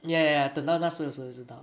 ya ya ya 等到那时才知道